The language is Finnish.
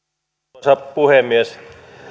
arvoisa puhemies